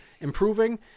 improving